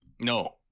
no